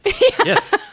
Yes